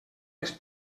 les